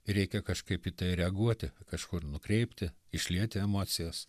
reikia kažkaip į reaguoti kažkur nukreipti išlieti emocijas